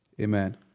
Amen